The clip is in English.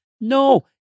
no